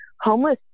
homeless